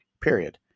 period